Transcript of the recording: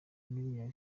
miliyari